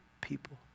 people